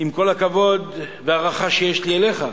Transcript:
עם כל הכבוד וההערכה שיש לי אליך,